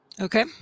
Okay